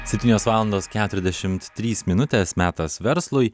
septynios valandos keturiasdešimt trys minutės metas verslui